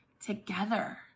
together